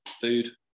food